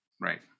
Right